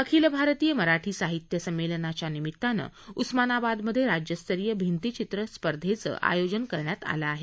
अखिल भारतीय मराठी साहित्य संमेलनाच्या निमित्तानं उस्मानाबादमध्ये राज्यस्तरीय भिंतीचित्रण स्पर्धेचं आयोजन करण्यात आलं आहे